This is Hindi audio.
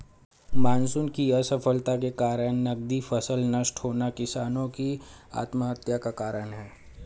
मानसून की असफलता के कारण नकदी फसल नष्ट होना किसानो की आत्महत्या का कारण है